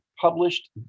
published